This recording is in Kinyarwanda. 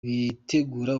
bitegura